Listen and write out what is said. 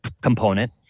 component